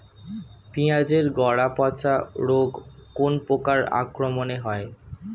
পিঁয়াজ এর গড়া পচা রোগ কোন পোকার আক্রমনে হয়?